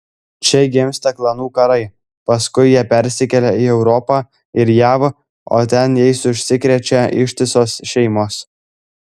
čia gimsta klanų karai paskui jie persikelia į europą ir jav o ten jais užsikrečia ištisos šeimos